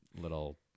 little